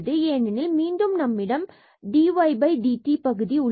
ஏனெனில் மீண்டும் நம்மிடம் dy dt பகுதி உள்ளது